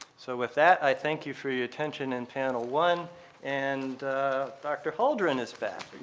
so, with that, i thank you for your attention in panel one and dr. holdren is back.